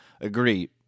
agree